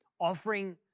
offering